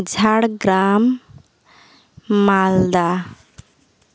Jhargram Malda